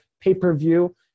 pay-per-view